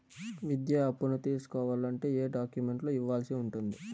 విద్యా అప్పును తీసుకోవాలంటే ఏ ఏ డాక్యుమెంట్లు ఇవ్వాల్సి ఉంటుంది